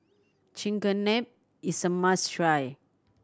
chigenabe is a must try